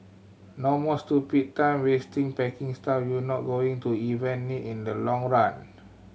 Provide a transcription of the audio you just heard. no more stupid time wasting packing stuff you're not going to even need in the long run